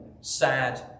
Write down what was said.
sad